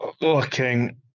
looking